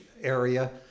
area